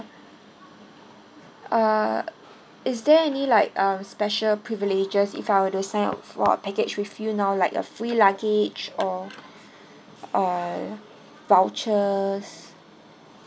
uh is there any like um special privileges if I were to sign up for a package with you now like a free luggage or uh vouchers